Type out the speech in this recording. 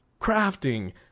crafting